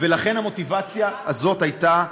ולכן המוטיבציה הזאת הייתה,